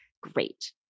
great